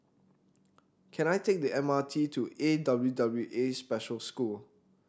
can I take the M R T to A W W A Special School